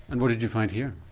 and what did you find here?